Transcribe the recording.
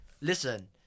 Listen